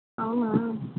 అవునా